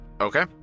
Okay